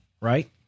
right